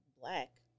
black